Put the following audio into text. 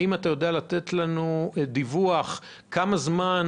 האם אתה יודע לתת לנו דיווח כמה זמן